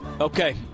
Okay